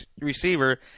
receiver